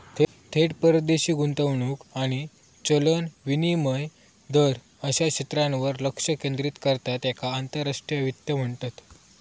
थेट परदेशी गुंतवणूक आणि चलन विनिमय दर अश्या क्षेत्रांवर लक्ष केंद्रित करता त्येका आंतरराष्ट्रीय वित्त म्हणतत